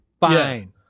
Fine